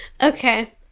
Okay